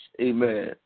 Amen